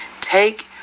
take